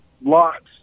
lots